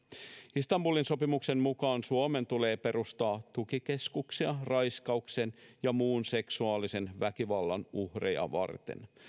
istanbulin sopimuksen mukaan suomen tulee perustaa tukikeskuksia raiskauksien ja muun seksuaalisen väkivallan uhreja varten